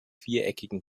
viereckigen